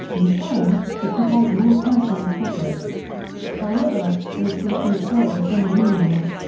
in turn, would provide more personal profit however, they sought these goals in a meaningless,